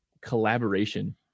collaboration